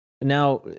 Now